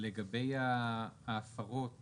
לגבי ההפרות